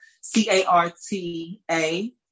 c-a-r-t-a